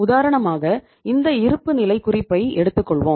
உதாரணமாக இந்த இருப்புநிலை குறிப்பை எடுத்துக் கொள்வோம்